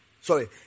sorry